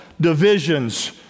divisions